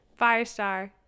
firestar